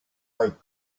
like